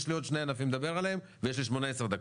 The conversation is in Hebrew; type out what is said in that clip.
יש לי עוד שני ענפים לדבר עליהם ויש לי 18 דקות.